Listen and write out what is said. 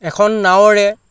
এখন নাৱেৰে